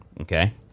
Okay